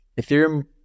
Ethereum